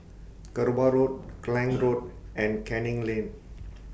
Kerbau Road Klang Road and Canning Lane